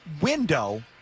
window